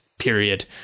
Period